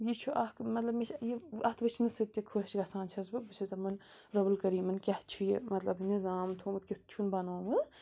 یہِ چھُ اَکھ مطلب مےٚ چھِ یہِ اَتھ وٕچھنہٕ سۭتۍ تہِ خۄش گَژھان چھَس بہٕ بہٕ چھَس دَپان رۄبُ الکٔریٖمَن کیٛاہ چھُ یہِ مطلب نِظام تھوٚومُت کیُتھ چھُنہٕ بَنووُ